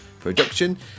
production